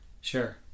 Sure